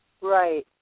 right